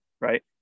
right